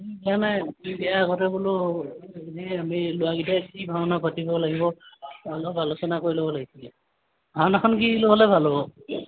meeting দিয়া নাই meeting দিয়াৰ আগতে বোলো এনেই আমি ল'ৰাকেইটাই কি ভাওনা পাতিব লাগিব অলপ আলোচনা কৰি ল'ব লাগিছিলে ভাওনাখন কি ল'লে ভাল হ'ব